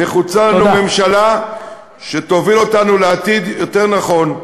נחוצה לנו ממשלה שתוביל אותנו לעתיד יותר נכון,